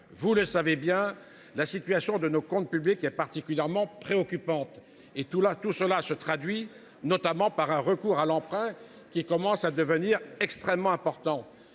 Vous le savez tous, la situation de nos comptes publics est particulièrement préoccupante, ce qui se traduit par un recours à l’emprunt qui commence à devenir extrêmement important.